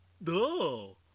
No